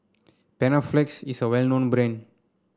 Panaflex is well known brand